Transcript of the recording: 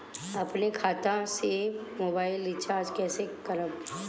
अपने खाता से मोबाइल रिचार्ज कैसे करब?